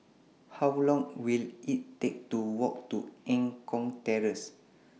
How Long Will IT Take to Walk to Eng Kong Terrace